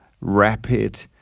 rapid